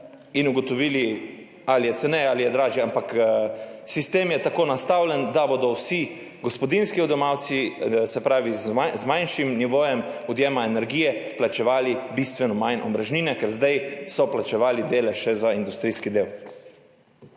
in ugotovili, ali je ceneje ali je dražje, ampak sistem je tako nastavljen, da bodo vsi gospodinjski odjemalci z manjšim nivojem odjema energije plačevali bistveno manj omrežnine, ker so zdaj plačevali delež še za industrijski del.